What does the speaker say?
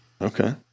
Okay